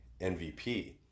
MVP